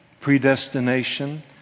predestination